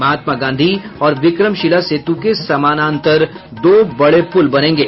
महात्मा गांधी और विक्रमशिला सेतु के समानांतर दो बड़े पुल बनेंगे